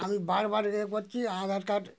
আমি বারবার ইয়ে করছি আধার কার্ড